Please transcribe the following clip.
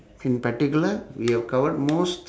in particular we have covered most